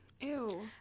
Ew